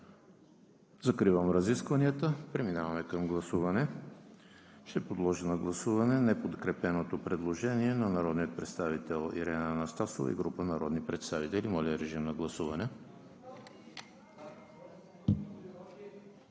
Закривам разискванията и преминаваме към гласуване. Ще подложа на гласуване неподкрепеното предложение на народния представител Ирена Анастасова и група народни представители. Гласували